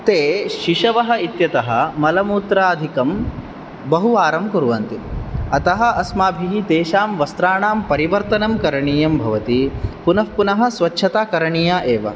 ते शिशवः इत्यतः मलमूत्राधिकं बहुवारं कुर्वन्ति अतः अस्माभिः तेषां वस्त्राणां परिवर्तनं करणीयं भवति पुनः पुनः स्वच्छता करणीया एव